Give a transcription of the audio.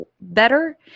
better